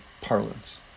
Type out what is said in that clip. parlance